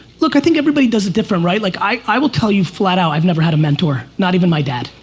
look, i think everybody does it different right. like i will tell you flat out, i've never had a mentor. not even my dad,